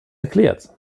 erklärt